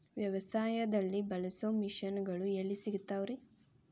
ವ್ಯವಸಾಯದಲ್ಲಿ ಬಳಸೋ ಮಿಷನ್ ಗಳು ಎಲ್ಲಿ ಸಿಗ್ತಾವ್ ರೇ?